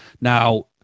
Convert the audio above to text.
Now